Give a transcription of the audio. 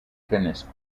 tennis